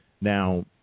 Now